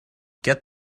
get